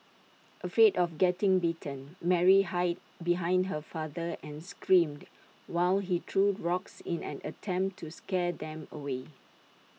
afraid of getting bitten Mary hid behind her father and screamed while he threw rocks in an attempt to scare them away